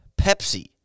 Pepsi